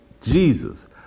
Jesus